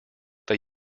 they